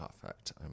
perfect